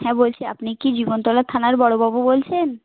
হ্যাঁ বলছি আপনি কি জীবনতলার থানার বড়োবাবু বলছেন